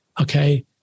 Okay